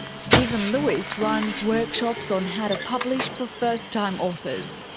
steven lewis runs workshops on how to publish for first-time authors.